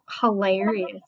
hilarious